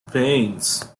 pains